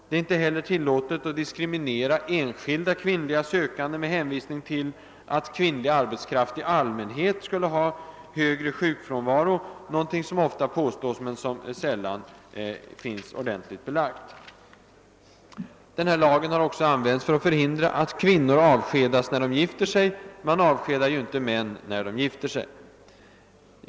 Det är inte heller tillåtet att diskriminera enskilda kvinnliga sökande med hänvisning till att kvinnlig arbetskraft i allmänhet skulle ha högre sjukfrån varo, någonting som f.ö. ofta påstås men som det sällan finns ordentligt belägg för. Lagen har också använts för att förhindra att kvinnor avskedas för att de gifter sig; man avskedar ju inte män för att de gifter sig.